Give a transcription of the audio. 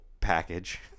package